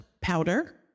powder